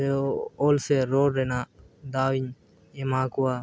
ᱚᱞ ᱥᱮ ᱨᱚᱲ ᱨᱮᱱᱟᱜ ᱫᱟᱣ ᱤᱧ ᱮᱢᱟ ᱠᱚᱣᱟ